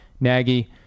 Nagy